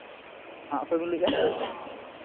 ᱦᱮᱸ ᱚᱠᱚᱭ ᱵᱤᱱ ᱞᱟᱹᱭᱮᱫᱼᱟ